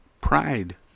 Pride